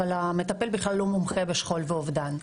המטפל בכלל לא מומחה בשכול ואובדן.